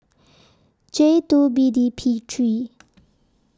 J two B D P three